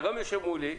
אתה גם יושב מולי,